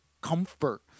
comfort